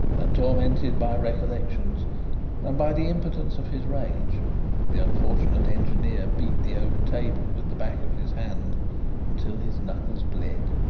and tormented by recollections and by the impotence of his rage the unfortunate engineer beat the oak table with the back of his hand until his knuckles bled.